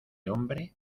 hombre